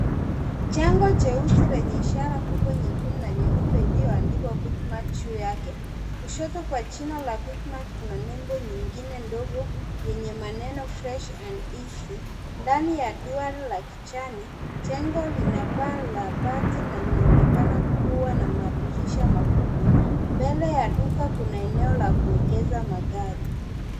Jengo jeusi lenye ihara kubwa nyekundu na nyeupe iliyoandikwa jina Quickmart juu yake. Kushoto kwa jina la Quickmart kuna nembo nyingine ndogo yenye maneno fresh and easy ndani ya duara la kijani. Jengo lina paa la bati na linaonekana kuwa na madirisha makubwa. Mbele ya duka kuna eneo la kuegeza magari.